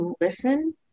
listen